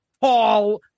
Paul